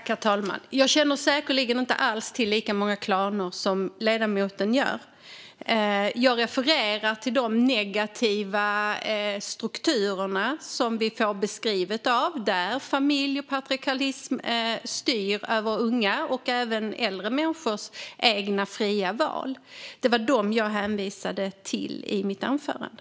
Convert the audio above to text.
Herr talman! Jag känner säkerligen inte till lika många klaner som ledamoten gör. Jag refererar till de negativa strukturer som vi får beskrivna, där familj och patriarkat styr över unga och även äldre människors egna fria val. Det var dem jag hänvisade till i mitt anförande.